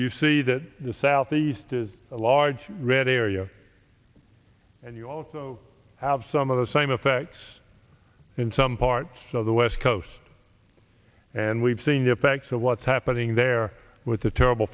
you see that the southeast is a large red area and you also have some of the same effects in some parts of the west coast and we've seen the effects of what's happening there with the terrible